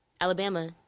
Alabama